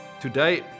today